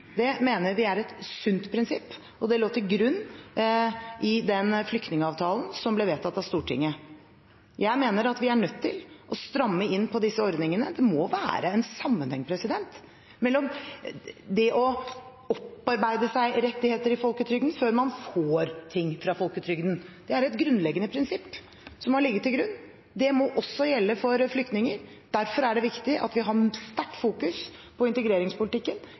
Det mener vi er et sunt prinsipp, og det lå til grunn i den flyktningavtalen som ble vedtatt av Stortinget. Jeg mener at vi er nødt til å stramme inn på disse ordningene. Det må være en sammenheng mellom å opparbeide seg rettigheter i folketrygden før man får ting fra folketrygden. Det er et grunnleggende prinsipp som må ligge til grunn. Det må også gjelde for flyktninger. Derfor er det viktig at vi fokuserer sterkt på integreringspolitikken,